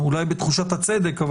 אולי בתחושת הצדק כן,